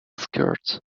skirt